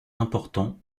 important